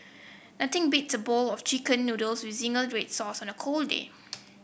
nothing beats a bowl of chicken noodles with zingy red sauce on a cold day